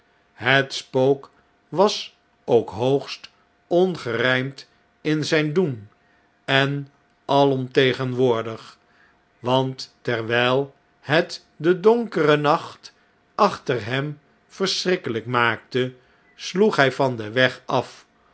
het spook was ook noogst ongerfimd in zyn doen en alomtegenwoordig want terwijl het den donkeren nacht achter hem verschrik kelp maakte sloeg hij van den weg af